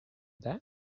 that